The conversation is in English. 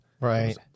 Right